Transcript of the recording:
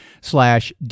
slash